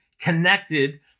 connected